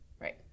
right